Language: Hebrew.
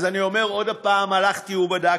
אז אני אומר עוד פעם: הלכתי ובדקתי,